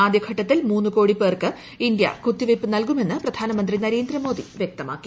ആദ്യ ഘട്ടത്തിൽ മൂന്ന് കോടി പേർക്ക് ഇന്ത്യ കുത്തിവയ്പ്പ് നൽകുമെന്ന് പ്രധാനമന്ത്രി നരേന്ദ്രമോദി വൃക്തമാക്കി